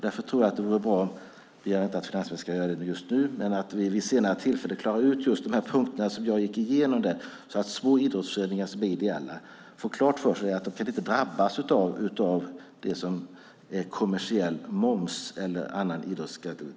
Därför tror jag att det vore bra om vi vid senare tillfälle klarar ut just de punkter som jag gick igenom, så att små ideella idrottsföreningar får klart för sig att de inte kan drabbas av kommersiell moms eller annan idrottsskatt.